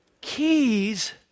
keys